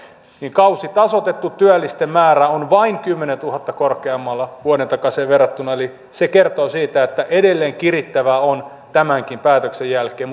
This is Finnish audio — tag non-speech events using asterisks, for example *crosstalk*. kausitasoitettu työllisten määrä on vain kymmenellätuhannella korkeammalla vuoden takaiseen verrattuna eli se kertoo siitä että edelleen kirittävää on tämänkin päätöksen jälkeen *unintelligible*